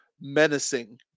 menacing